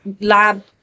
lab